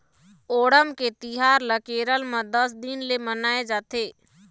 ओणम के तिहार ल केरल म दस दिन ले मनाए जाथे